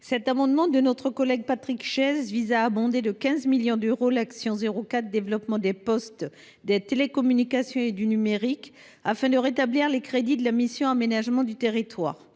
Cet amendement de notre collègue Patrick Chaize vise à abonder de 15 millions d’euros l’action n° 04 « Développement des postes, des télécommunications et du numérique » afin de rétablir les crédits de la mission « Aménagement du territoire